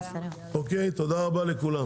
תודה רבה לכולם.